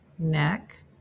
Neck